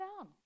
down